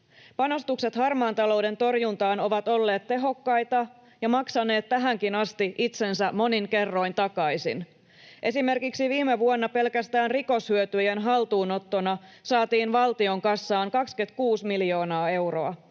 Panostukset harmaan talouden torjuntaan ovat olleet tehokkaita ja maksaneet tähänkin asti itsensä monin kerroin takaisin. Esimerkiksi viime vuonna pelkästään rikoshyötyjen haltuunottona saatiin valtion kassaan 26 miljoonaa euroa.